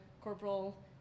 corporal